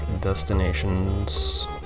Destinations